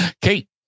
Kate